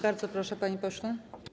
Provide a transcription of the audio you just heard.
Bardzo proszę, panie pośle.